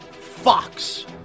Fox